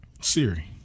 Siri